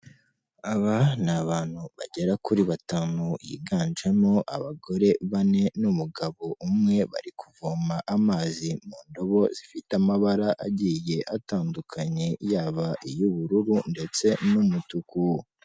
Aba ni abantu bagera kuri batanu, higanjemo abagore bane n'umugabo umwe, bari kuvoma amazi mu ndobo zifite amabara agiye atandukanye, yaba iy'ubururu ndetse n'umutuku.